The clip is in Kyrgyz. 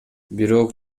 бирок